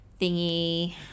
thingy